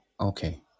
okay